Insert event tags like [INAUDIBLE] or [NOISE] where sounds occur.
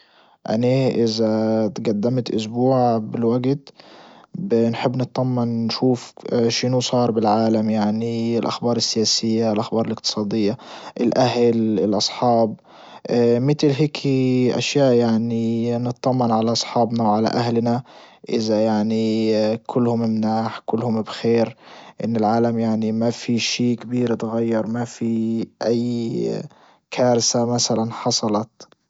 اني اذا تجدمت اسبوع بالوجت بنحب نطمن نشوف شنو صار بالعالم يعني الاخبار السياسية الاخبار الاقتصادية الاهل الاصحاب [HESITATION] متل هيكي اشياء يعني نطمن على اصحابنا وعلى اهلنا اذا يعني كلهم مناح كلهم بخير. انه العالم يعني ما في شي كبير تغير ما في اي كارثة مثلا حصلت.